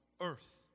earth